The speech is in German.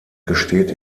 gesteht